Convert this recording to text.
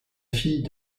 fille